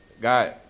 God